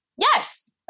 Yes